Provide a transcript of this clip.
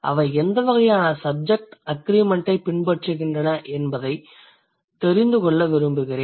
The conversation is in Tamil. அவை எந்த வகையான சப்ஜெக்ட் அக்ரிமெண்ட்டைப் பின்பற்றுகின்றன என்பதை தெரிந்து கொள்ள விரும்புகிறேன்